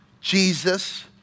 Jesus